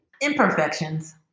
Imperfections